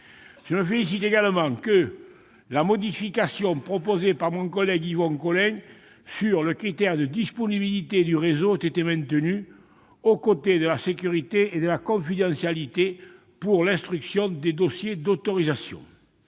Je me félicite par ailleurs que la modification proposée par mon collègue Yvon Collin sur le critère de disponibilité du réseau ait été maintenue, aux côtés de la sécurité et de la confidentialité, pour l'instruction des dossiers d'autorisation.